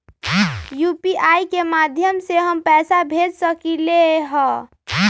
UPI के माध्यम से हम पैसा भेज सकलियै ह?